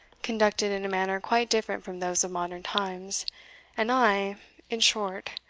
conducted in a manner quite different from those of modern times and i in short,